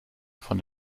von